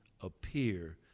appear